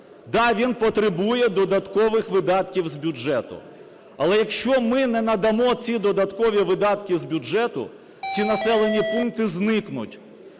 Да, він потребує додаткових видатків з бюджету. Але якщо ми не надамо ці додаткові видатки з бюджету, ці населені пункти зникнуть,